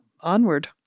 onward